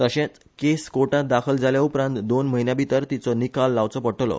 तशेंच केस कोर्टांत दाखल जाल्या उपरांत दोन म्हयन्या भितर तीचो निकाल लावचो पडटलो